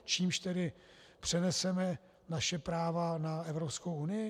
Čímž tedy přeneseme naše práva na Evropskou unii?